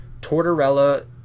Tortorella